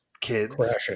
kids